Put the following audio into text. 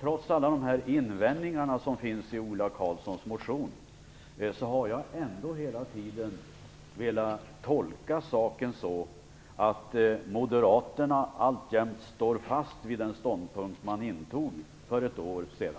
Trots alla de invändningar som finns i Ola Karlssons motion har jag ändå hela tiden velat tolka saken så, att Moderaterna alltjämt står fast vid den ståndpunkt de intog för ett år sedan